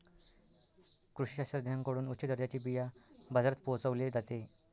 कृषी शास्त्रज्ञांकडून उच्च दर्जाचे बिया बाजारात पोहोचवले जाते